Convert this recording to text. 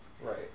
Right